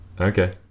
Okay